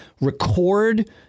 record